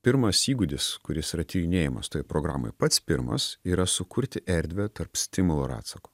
pirmas įgūdis kuris yra tyrinėjamas tai programoj pats pirmas yra sukurti erdvę tarp stimulo ir atsako